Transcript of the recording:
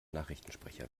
nachrichtensprecher